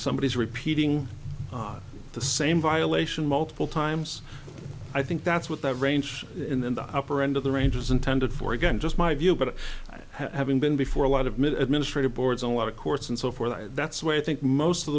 somebody is repeating the same violation multiple times i think that's what that range in the upper end of the range is intended for again just my view but having been before a lot of mit administrators boards a lot of courts and so forth that's where i think most of